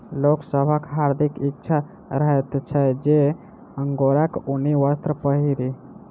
लोक सभक हार्दिक इच्छा रहैत छै जे अंगोराक ऊनी वस्त्र पहिरी